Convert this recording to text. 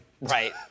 Right